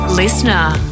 Listener